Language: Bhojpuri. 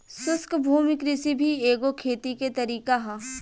शुष्क भूमि कृषि भी एगो खेती के तरीका ह